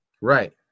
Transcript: right